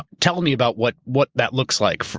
tell me about what what that looks like?